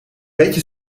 beetje